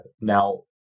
Now